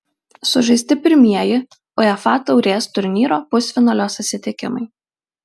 sužaisti pirmieji uefa taurės turnyro pusfinalio susitikimai